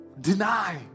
deny